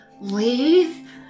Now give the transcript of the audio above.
leave